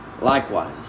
likewise